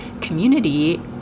community